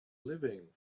living